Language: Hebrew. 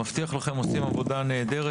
אני מבטיח לכם שהם עושים עבודה נהדרת